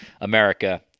America